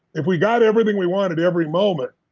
if we got everything we wanted every moment,